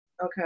Okay